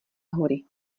hory